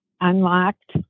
unlocked